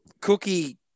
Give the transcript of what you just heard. Cookie